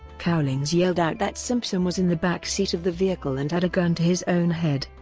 cowlings yelled out that simpson was in the back seat of the vehicle and had a gun to his own head.